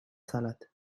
salade